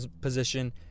position